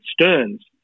Stearns